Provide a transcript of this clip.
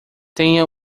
tenha